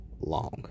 long